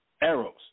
arrows